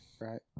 right